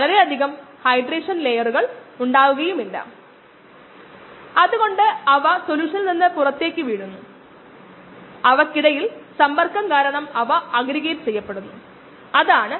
പിന്നെ നമ്മൾ ഇൻഹിബിഷൻ ചലനാത്മകത മത്സരാധിഷ്ഠിതം അലാത്തതും ആയ ഇൻഹിബിഷൻ ചലനാത്മകത എന്നിവയും പരിശോധിച്ചു